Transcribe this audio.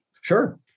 Sure